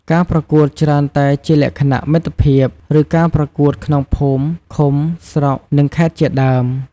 ការប្រកួតច្រើនតែជាលក្ខណៈមិត្តភាព ឬការប្រកួតក្នុងភូមិ ឃុំ ស្រុក និងខេត្តជាដើម។